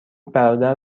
برادر